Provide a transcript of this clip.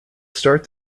start